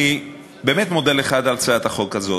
אני באמת מודה לך על הצעת החוק הזאת,